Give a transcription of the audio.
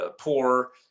Poor